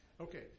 Okay